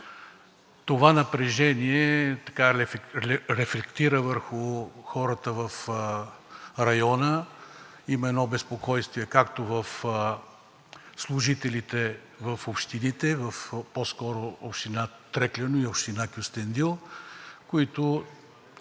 Това напрежение рефлектира върху хората в района. Има едно безпокойство, както в служителите в общините, по-скоро в община Трекляно и община Кюстендил, които